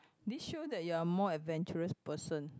this show that you're more adventurous person